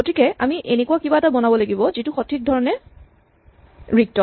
গতিকে আমি এনেকুৱা কিবা এটা বনাব লাগিব যিটো সঠিক ধৰণে ৰিক্ত